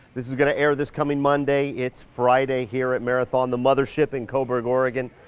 this is gonna air this coming monday. it's friday here at marathon, the mothership in coburg, oregon.